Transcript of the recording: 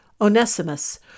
Onesimus